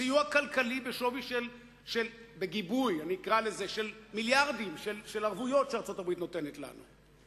סיוע כלכלי בגיבוי של מיליארדים של ערבויות שארצות-הברית נותנת לנו,